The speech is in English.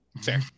Fair